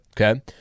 Okay